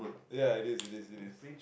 ya it is it is it is